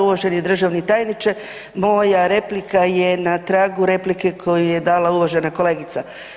Uvaženi državni tajniče moja replika je na tragu replike koju je dala uvažena kolegica.